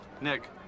Nick